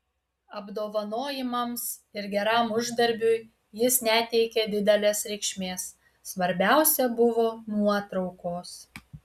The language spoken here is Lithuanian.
apdovanojimams ir geram uždarbiui jis neteikė didelės reikšmės svarbiausia buvo nuotraukos